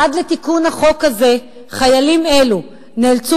עד לתיקון החוק הזה חיילים אלו נאלצו